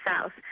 South